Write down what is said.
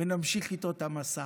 ונמשיך איתו את המסע.